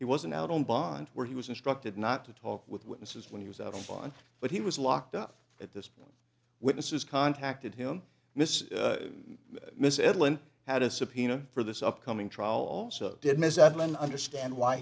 he wasn't out on bond where he was instructed not to talk with witnesses when he was out on bond but he was locked up at this point witnesses contacted him miss miss evelyn had a subpoena for this upcoming trial also did ms atlanta understand why